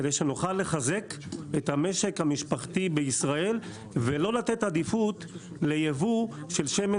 כדי שנוכל לחזק את המשק המשפחתי בישראל ולא לתת עדיפות לייבוא של שמן